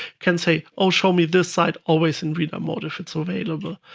can say, oh, show me this site always in reader more if it's available.